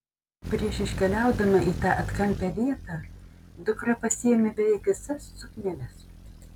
prieš iškeliaudama į tą atkampią vietą dukra pasiėmė beveik visas sukneles